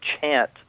chant